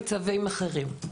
אבל עם צווים אחרים.